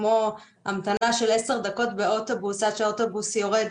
כמו המתנה של עשר דקות באוטובוס עד שהאוטובוס יורד,